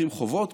לוקחים חובות,